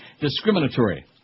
discriminatory